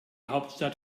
hauptstadt